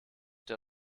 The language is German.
der